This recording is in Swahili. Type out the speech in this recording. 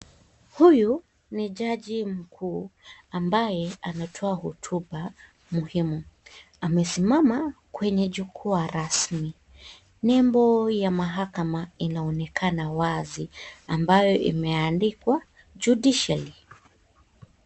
Huyu ni jaji mkuu ambaye anatoa hutuba muhimu, amesimama kwenye jukwaa rasmi nembo ya mahakama inaonekana wazi ambayo imeandikwa judiciary.